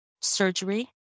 surgery